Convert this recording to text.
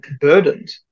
burdened